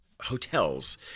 hotels